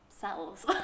cells